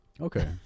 Okay